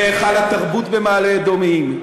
והיכל התרבות במעלה-אדומים,